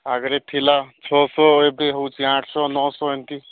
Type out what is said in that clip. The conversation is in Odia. ଆଗରେ ଥିଲା ଛଅଶହ ଏବେ ହେଉଛି ଆଠଶହ ନଅଶହ ଏମିତି